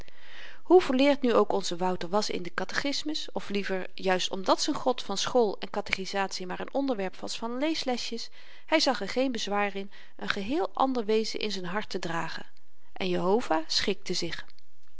hoe volleerd nu ook onze wouter was in den katechismus of liever juist omdat z'n god van school en katechizatie maar n onderwerp was van leeslesjes hy zag er geen bezwaar in n geheel ander wezen in z'n hart te dragen en jehovah schikte zich